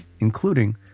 including